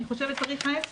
אני חושבת שצריך ההיפך,